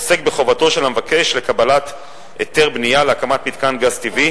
עוסק בחובתו של המבקש לקבל היתר בנייה להקמת מתקן גז טבעי